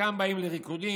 חלקם באים לריקודים,